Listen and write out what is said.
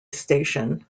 station